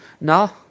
no